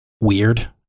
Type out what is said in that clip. weird